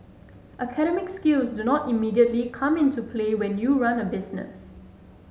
academic skills do not immediately come into play when you run a business